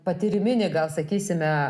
patyriminį gal sakysime